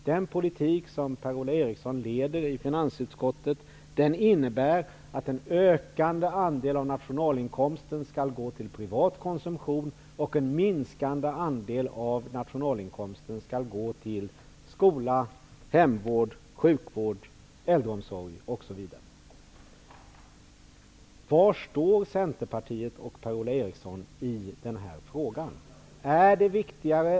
Den politik som Per-Ola Eriksson leder i finansutskottet innebär att en ökande andel av nationalinkomsten går till privat konsumtion och en minskande andel av nationalinkomsten går till skola, hemvård, sjukvård, äldreomsorg, osv. Var står Centerpartiet och Per-Ola Eriksson i den här frågan?